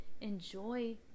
enjoy